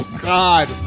God